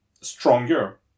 stronger